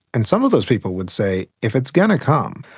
and some of those people would say if it's going to come,